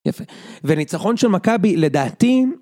יפה, וניצחון של מכבי לדעתי...